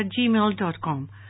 gmail.com